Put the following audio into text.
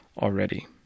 already